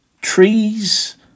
Trees